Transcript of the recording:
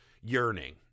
yearning